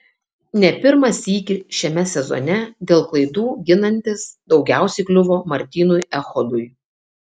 ne pirmą sykį šiame sezone dėl klaidų ginantis daugiausiai kliuvo martynui echodui